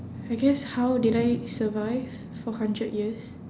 I guess how did I survive for hundred years